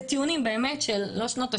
זה טיעונים באמת לא של שנות השישים,